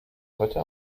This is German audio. heute